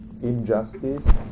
injustice